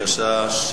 בבקשה.